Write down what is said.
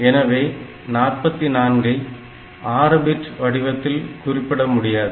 எனவே 44 ஐ 6 பிட் வடிவத்தில் குறிப்பிட முடியாது